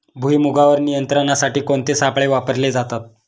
भुईमुगावर नियंत्रणासाठी कोणते सापळे वापरले जातात?